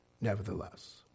nevertheless